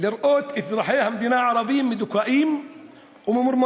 לראות את אזרחי המדינה הערבים מדוכאים וממורמרים,